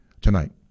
tonight